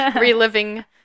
reliving